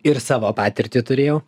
ir savo patirtį turėjau